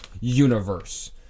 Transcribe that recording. universe